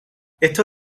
esto